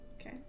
Okay